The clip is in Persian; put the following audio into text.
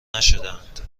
نشدهاند